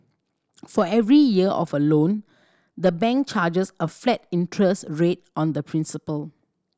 for every year of a loan the bank charges a flat interest rate on the principal